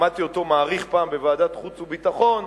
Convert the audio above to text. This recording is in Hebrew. שמעתי אותו מעריך פעם בוועדת החוץ והביטחון,